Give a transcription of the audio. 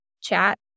chat